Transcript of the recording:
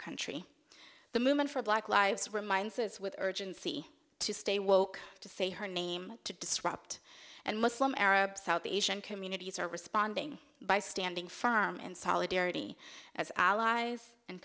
country the movement for black lives reminds those with urgency to stay woke to say her name to disrupt and muslim arab south asian communities are responding by standing firm in solidarity as allies and